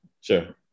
Sure